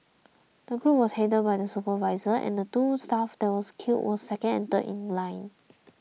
the group was headed by the supervisor and the two staff that were killed were second and third in line